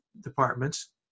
departments